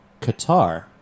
Qatar